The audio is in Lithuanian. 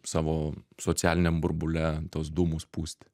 savo socialiniam burbule tuos dūmus pūsti